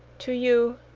to you,